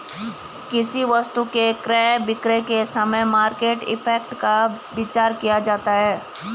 किसी वस्तु के क्रय विक्रय के समय मार्केट इंपैक्ट का विचार किया जाता है